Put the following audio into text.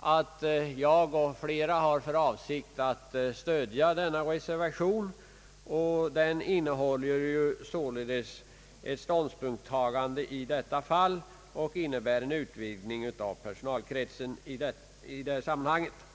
att jag och flera andra har för avsikt att stödja denna reservation. Den innebär ett ståndpunktstagande i detta fail, en utvidgning av personkretsen.